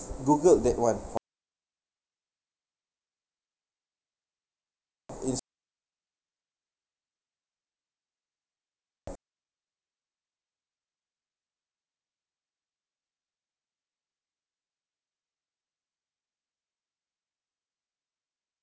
google that one is